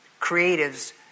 Creatives